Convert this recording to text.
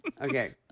Okay